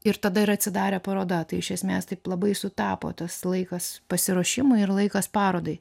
ir tada ir atsidarė paroda tai iš esmės taip labai sutapo tas laikas pasiruošimui ir laikas parodai